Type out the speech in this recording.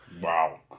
Wow